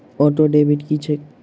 Auto debit की छैक?